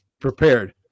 prepared